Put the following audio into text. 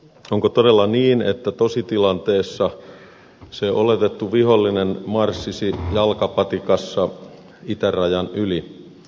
onko todella niin että tositilanteessa se oletettu vihollinen marssisi jalkapatikassa itärajan yli